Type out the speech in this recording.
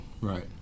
Right